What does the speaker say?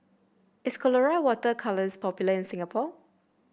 is Colora Water Colours popular in Singapore